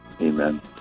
Amen